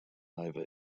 over